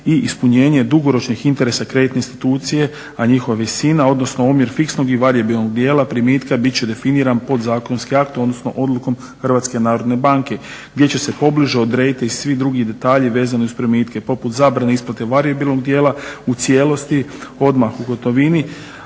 i ispunjenje dugoročnih interesa kreditnih institucije a njihova visina odnosno omjer fiksnog i varijabilnog dijela primitka bit će definiran podzakonski akt odnosno odlukom HNB-e gdje će se pobliže odrediti svi drugi detalji vezani uz primitke poput zabrane isplate varijabilnog dijela u cijelosti, odmah u gotovini.